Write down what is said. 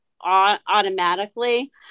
automatically